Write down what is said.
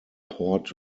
port